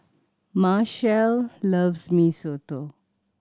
Machelle loves Mee Soto